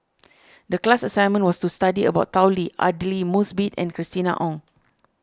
the class assignment was to study about Tao Li Aidli Mosbit and Christina Ong